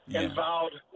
involved